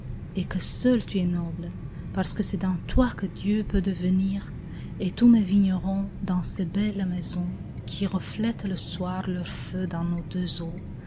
et que seul tu es noble parce que c'est dans toi que dieu peut devenir et tous mes vignerons dans ces belles maisons qui reflètent le soir leurs feux dans nos deux